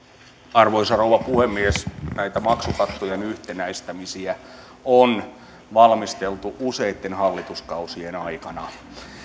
arvoisa rouva puhemies näitä maksukattojen yhtenäistämisiä on valmisteltu useitten hallituskausien aikana